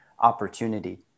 opportunity